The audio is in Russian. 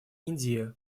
индии